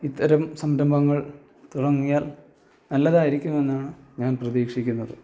ഇത്തരം സംരംഭങ്ങൾ തുടങ്ങിയാൽ നല്ലതായിരിക്കുമെന്നാണ് ഞാൻ പ്രതീക്ഷിക്കുന്നത്